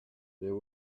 there